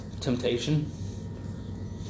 Temptation